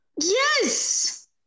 Yes